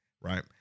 right